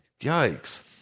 Yikes